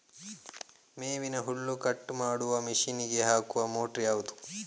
ಮೇವಿನ ಹುಲ್ಲು ಕಟ್ ಮಾಡುವ ಮಷೀನ್ ಗೆ ಹಾಕುವ ಮೋಟ್ರು ಯಾವುದು?